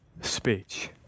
speech